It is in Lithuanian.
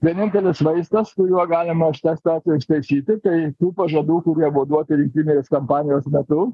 vienintelis vaistas kuriuo galima užteks tą atvejį ištaisyti tai tų pažadų kurie buvo duoti rinkiminės kampanijos metu